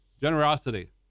generosity